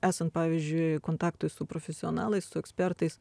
esant pavyzdžiui kontaktui su profesionalais su ekspertais